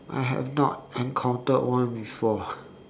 I have not encountered one before